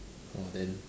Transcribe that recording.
orh then